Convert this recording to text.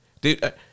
Dude